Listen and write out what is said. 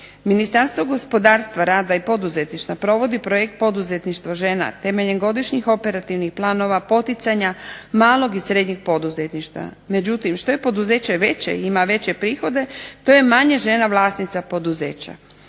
Ministarstvo gospodarstva, rada i poduzetništva provodi projekt poduzetništvo žena temeljem godišnjih operativnih planova poticanja, malog i srednjeg poduzetništva. Međutim, što je poduzeće veće i ima veće prihode to je manje žena vlasnica poduzeća.